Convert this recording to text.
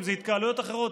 אם זה התקהלויות אחרות,